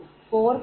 04